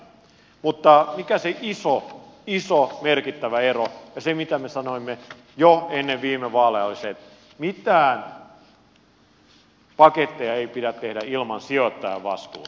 mutta se iso iso merkittävä ero ja se mitä me sanoimme jo ennen vaaleja on se että mitään paketteja ei pidä tehdä ilman sijoittajavastuuta